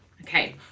Okay